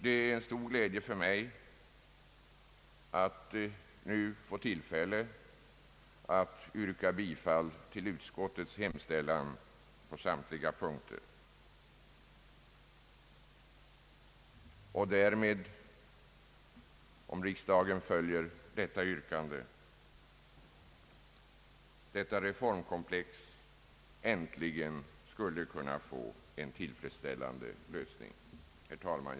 Det är en stor glädje för mig att få tillfälle att yrka bifall till utskottets hemställan på samtliga punkter, så att — om riksdagen följer detta yrkande — detta reformkomplex äntligen skulle kunna få en tillfredsställande lösning. Herr talman!